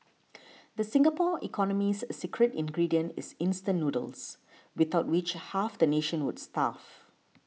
the Singapore economy's secret ingredient is instant noodles without which half the nation would starve